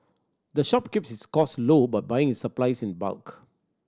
the shop keeps its cost low by buying its supplies in bulk